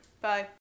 Bye